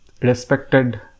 respected